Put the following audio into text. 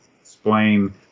explain